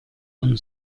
von